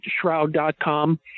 Shroud.com